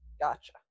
Gotcha